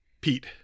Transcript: Pete